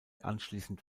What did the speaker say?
anschließend